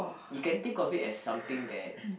you can think of it as something that